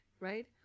right